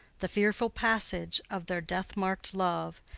the fearful passage of their death-mark'd love,